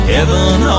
Heaven